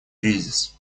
кризис